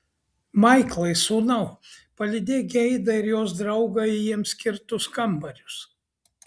maiklai sūnau palydėk geidą ir jos draugą į jiems skirtus kambarius